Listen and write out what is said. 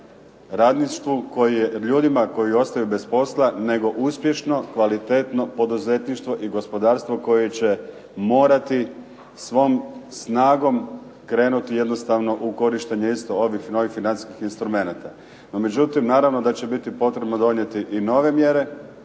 radništvu, ljudima koji ostaju bez posla nego uspješno, kvalitetno poduzetništvo i gospodarstvo koje će morati svom snagom krenuti jednostavno u korištenje isto objektivno ovih financijskih instrumenata. No međutim, naravno da će biti potrebno donijeti i nove mjere